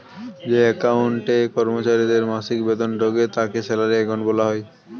যে অ্যাকাউন্টে কর্মচারীদের মাসিক বেতন ঢোকে তাকে স্যালারি অ্যাকাউন্ট বলা হয়